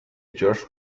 george